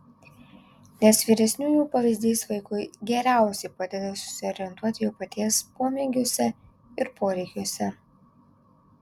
nes vyresniųjų pavyzdys vaikui geriausiai padeda susiorientuoti jo paties pomėgiuose ir poreikiuose